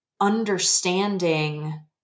understanding